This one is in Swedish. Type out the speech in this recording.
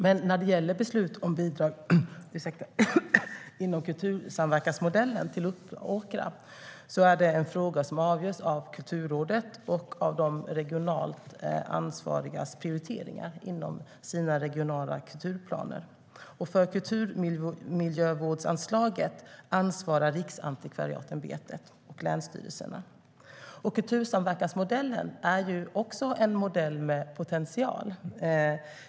Beslut om bidrag till Uppåkra inom kultursamverkansmodellen är en fråga som avgörs av Kulturrådet och av de regionalt ansvarigas prioriteringar inom de regionala kulturplanerna. För kulturmiljövårdsanslaget ansvarar Riksantikvariatämbetet och länsstyrelserna. Kultursamverkansmodellen är en modell med potential.